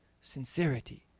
Sincerity